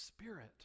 spirit